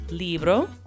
libro